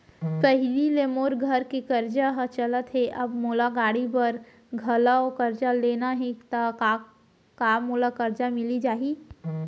पहिली ले मोर घर के करजा ह चलत हे, अब मोला गाड़ी बर घलव करजा लेना हे ता का मोला करजा मिलिस जाही?